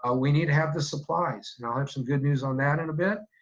ah we need to have the supplies, and i'll have some good news on that in a bit.